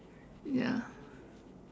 ya